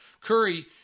Curry